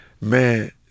man